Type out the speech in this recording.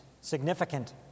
significant